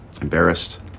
Embarrassed